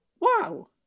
Wow